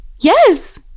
Yes